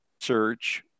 search